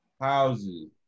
houses